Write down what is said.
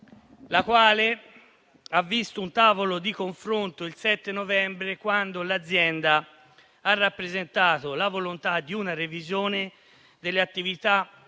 la quale ha visto un tavolo di confronto il 7 novembre, quando l'azienda ha rappresentato la volontà di una revisione delle attività produttive,